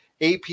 AP